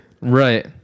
Right